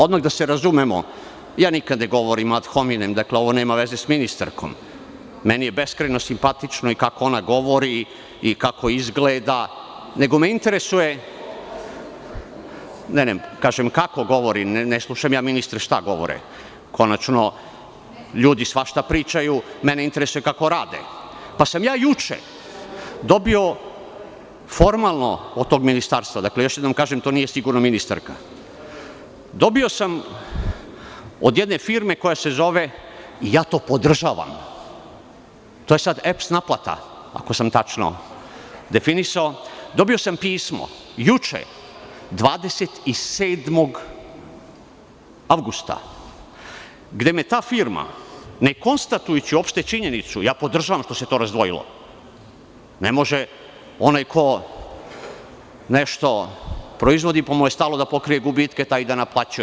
Odmah da se razumemo, ja nikada ne govorim, ovo nema veze sa ministarkom, meni je beskrajno simpatično i kako ona govori i kako izgleda, nego me interesuje, ne, kako govore, ne slušam ja ministre šta govore, konačno, ljudi svašta pričaju, mene interesuje kako rade, pa sam ja juče dobio formalno od tog ministarstva, još jednom da kažem, to nije sigurno ministarka, dobio sam od jedne firme koja se zove i ja to podržavam, to je sada EPS naplata, ako sam tačno definisao, pismo, juče 27. avgusta gde me ta firma, ne konstatujući činjenicu, ja podržavam što se to razdvojio, ne može onaj ko nešto proizvodi, pa mu je stalo da pokrije gubitke, taj i da naplaćuje.